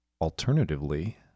alternatively